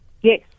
Yes